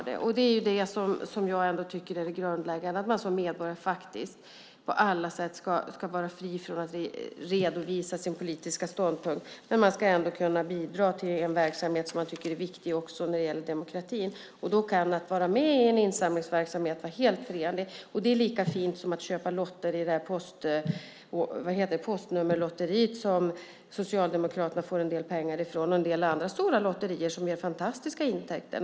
Det som jag ändå tycker är grundläggande är att man som medborgare på alla sätt ska vara fri från att redovisa sin politiska ståndpunkt, men man ska ändå kunna bidra till en verksamhet som man tycker är viktig också för demokratin. Då kan man vara med i en insamlingsverksamhet. Det är lika fint som att köpa lotter i postnummerlotteriet, som Socialdemokraterna får en del pengar ifrån, och andra stora lotterier som ger fantastiska intäkter.